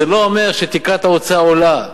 זה לא אומר שתקרת ההוצאה עולה,